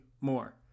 more